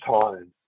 time